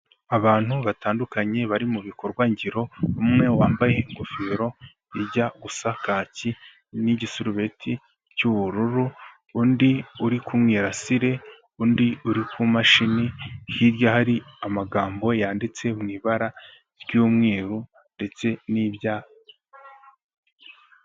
Abantu batandukanye bari mu bikorwa ngiro, umwe wambaye ingofero ijya gusaka kaki n'igisubeti cy'ubururu, undi uri ku mirasire, undi uri ku mashini, hirya hari amagambo yanditse mu ibara ry'umweru ndetse n'irya.